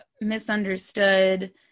misunderstood